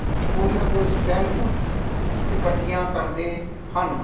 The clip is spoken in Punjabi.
ਕੋਈ ਨਾ ਕੋਈ ਸਟੈਂਪ ਇਕੱਠੀਆਂ ਕਰਦੇ ਹਨ